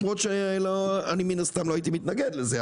למרות שאני מן הסתם לא הייתי מתנגד לזה,